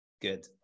good